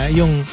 yung